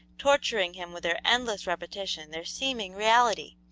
torturing him with their endless repetition, their seeming reality.